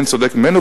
אין צודק ממנו,